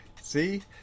See